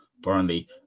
Burnley